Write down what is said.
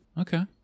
Okay